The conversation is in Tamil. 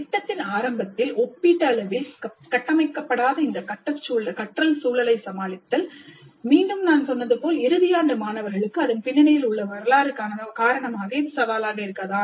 திட்டத்தின் ஆரம்பத்தில் ஒப்பீட்டளவில் கட்டமைக்கப்படாத இந்த கற்றல் சூழலைச் சமாளித்தல் மீண்டும் நான் சொன்னது போல் இறுதி ஆண்டு மாணவர்களுக்கு அதன் பின்னணியில் உள்ள வரலாறு காரணமாக இது சவாலாக இருக்காது